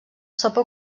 sopa